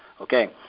okay